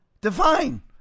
define